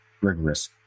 rigorous